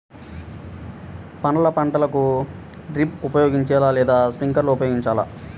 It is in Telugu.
పండ్ల పంటలకు డ్రిప్ ఉపయోగించాలా లేదా స్ప్రింక్లర్ ఉపయోగించాలా?